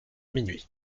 minuit